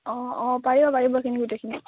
অঁ অঁ পাৰিব পাৰিব সেইখিনি গোটেইখিনি